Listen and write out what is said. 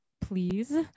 Please